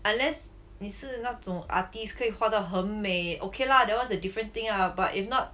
unless 你是那种 artist 可以画到很美 okay lah that [one] is a different thing lah but if not